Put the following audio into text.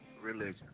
religion